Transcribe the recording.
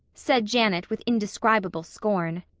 said janet with indescribable scorn.